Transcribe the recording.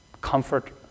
comfort